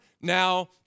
now